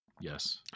Yes